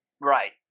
Right